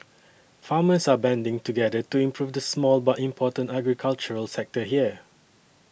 farmers are banding together to improve the small but important agricultural sector here